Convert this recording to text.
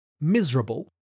miserable